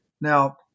Now